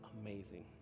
amazing